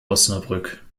osnabrück